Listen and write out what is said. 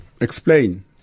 explain